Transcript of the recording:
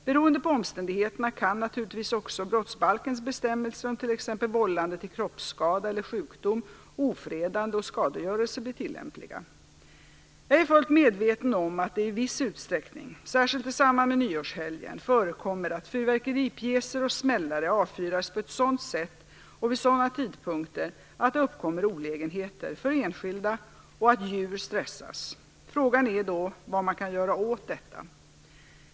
Beroende på omständigheterna kan naturligtvis också brottsbalkens bestämmelser om t.ex. vållande till kroppsskada eller sjukdom, ofredande och skadegörelse bli tillämpliga. Jag är fullt medveten om att det i viss utsträckning, särskilt i samband med nyårshelgen, förekommer att fyrverkeripjäser och smällare avfyras på ett sådant sätt och vid sådana tidpunkter att det uppkommer olägenheter för enskilda och att djur stressas. Frågan är då vad man kan göra åt detta.